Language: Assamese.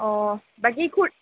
অঁ বাকী খুৰ